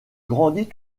grandit